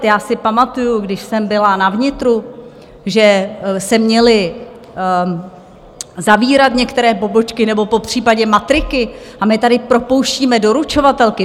Já si pamatuju, když jsem byla na vnitru, že se měly zavírat některé pobočky nebo popřípadě matriky a my tady propouštíme doručovatelky.